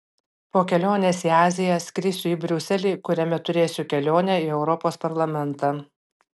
po kelionės į aziją skrisiu į briuselį kuriame turėsiu kelionę į europos parlamentą